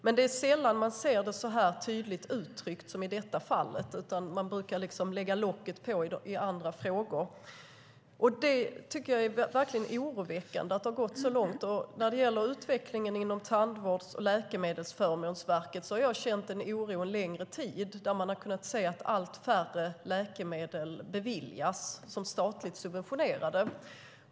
Men det är sällan man ser det så tydligt uttryckt som i detta fall. Man brukar liksom lägga locket på i andra frågor. Jag tycker verkligen att det är oroväckande att det har gått så långt. När det gäller utvecklingen inom Tandvårds och läkemedelsförmånsverket har jag känt en oro under en längre tid. Man har kunnat se att allt färre läkemedel beviljas som statligt subventionerade.